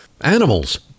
animals